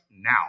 now